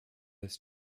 jest